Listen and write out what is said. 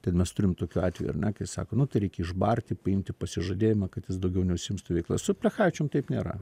ten mes turim tokių atvejų ar ne kai sako nu tai reikia išbarti paimti pasižadėjimą kad jis daugiau neužsiims ta veikla su plechavičium taip nėra